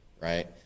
right